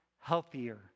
healthier